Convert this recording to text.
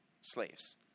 Slaves